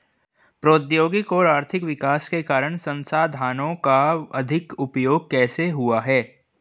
प्रौद्योगिक और आर्थिक विकास के कारण संसाधानों का अधिक उपभोग कैसे हुआ है?